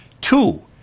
Two